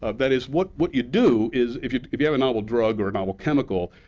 ah that is, what what you do is, if if you have a novel drug or a novel chemical,